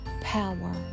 power